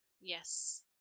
Yes